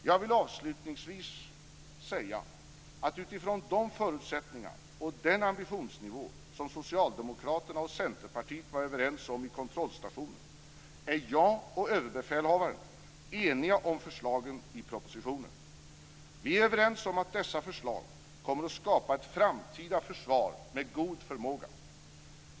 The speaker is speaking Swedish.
Jag vill avslutningsvis säga att utifrån de förutsättningar och den ambitionsnivå som Socialdemokraterna och Centerpartiet var överens om i kontrollstationen är jag och överbefälhavaren eniga om förslagen i propositionen. Vi är överens om att dessa förslag kommer att skapa ett framtida försvar med god förmåga.